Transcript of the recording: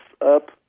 up